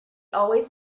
always